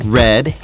red